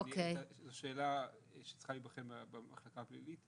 זו שאלה שצריכה להיבחן במחלקה הפלילית.